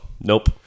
nope